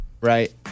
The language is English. right